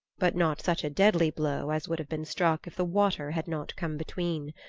but not such a deadly blow as would have been struck if the water had not come between.